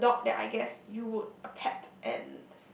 I a dog that I guess you would pet and